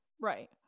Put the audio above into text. right